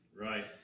Right